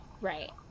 Right